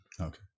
Okay